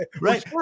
right